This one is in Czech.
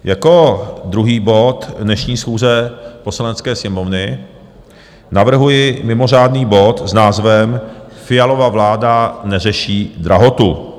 Jako druhý bod dnešní schůze Poslanecké sněmovny navrhuji mimořádný bod s názvem Fialova vláda neřeší drahotu.